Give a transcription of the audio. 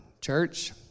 church